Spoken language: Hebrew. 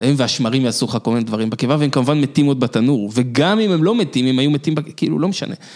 הם והשמרים יעשו לך כל מיני דברים בקיבה והם כמובן מתים עוד בתנור וגם אם הם לא מתים אם היו מתים כאילו לא משנה